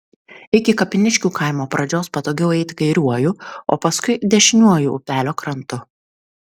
iki kapiniškių kaimo pradžios patogiau eiti kairiuoju o paskui dešiniuoju upelio krantu